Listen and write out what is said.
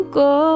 go